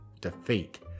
defeat